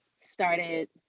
started